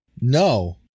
No